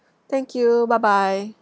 thank you bye bye